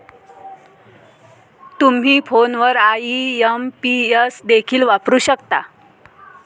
तुम्ही फोनवर आई.एम.पी.एस देखील वापरू शकता